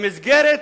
במסגרת